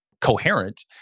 coherent